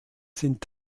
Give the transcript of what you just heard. sind